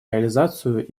реализацию